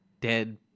dead